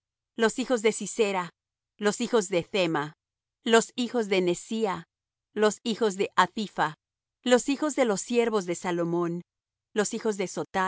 los hijos de sisera los hijos de thema los hijos de nesía los hijos de hatipha los hijos de los siervos de salomón los hijos de